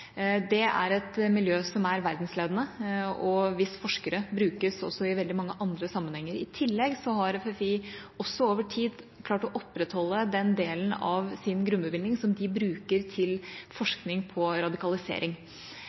Det er et miljø som er verdensledende, og hvis forskere brukes i veldig mange andre sammenhenger. I tillegg har FFI også over tid klart å opprettholde den delen av sin grunnbevilgning som de bruker til forskning på radikalisering.